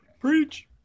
Preach